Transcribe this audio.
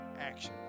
action